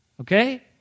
okay